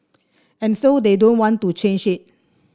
and so they don't want to change it